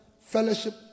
fellowship